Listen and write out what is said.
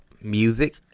music